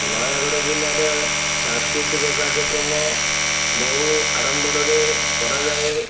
ନୟାଗଡ଼ ଜିଲ୍ଲାରେ ସାଂସ୍କୃତିକ କାର୍ଯ୍ୟକ୍ରମ ବହୁ ଆଡ଼ମ୍ବରରେ କରାଯାଏ